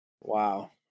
Wow